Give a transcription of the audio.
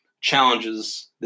challenges